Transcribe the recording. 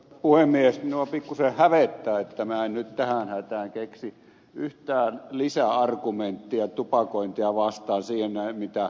minua pikkuisen hävettää että minä en nyt tähän hätään keksi yhtään lisäargumenttia tupakointia vastaan siihen nähden mitä ed